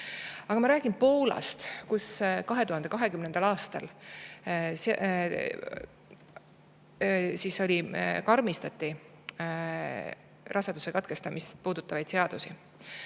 Aga ma räägin Poolast, kus 2020. aastal karmistati raseduse katkestamist puudutavaid seadusi.